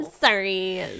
Sorry